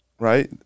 Right